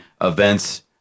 events